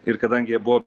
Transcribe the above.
ir kadangi jie buvo